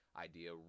idea